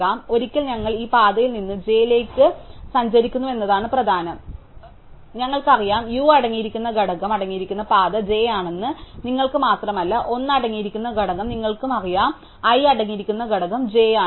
അതിനാൽ ഒരിക്കൽ ഞങ്ങൾ ഈ പാതയിൽ നിന്ന് j ലേക്ക് സഞ്ചരിച്ചുവെന്നതാണ് പ്രധാനം ഞങ്ങൾക്കറിയാം u അടങ്ങിയിരിക്കുന്ന ഘടകം അടങ്ങിയിരിക്കുന്ന പാത j ആണെന്ന് നിങ്ങൾക്ക് മാത്രമല്ല l അടങ്ങിയിരിക്കുന്ന ഘടകം നിങ്ങൾക്ക് അറിയാം i അടങ്ങിയിരിക്കുന്ന ഘടകം j ആണ്